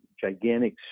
gigantic